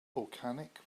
organic